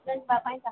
ପାଇଁ ଚାହୁଁଛି